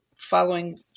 following